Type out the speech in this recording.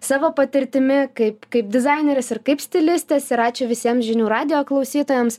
savo patirtimi kaip kaip dizainerės ir kaip stilistės ir ačiū visiems žinių radijo klausytojams